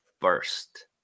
first